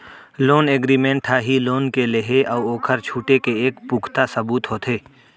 loan agreement ह ही loan के लेहे अउ ओखर छुटे के एक पुखता सबूत होथे